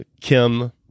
Kim